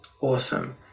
awesome